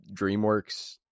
DreamWorks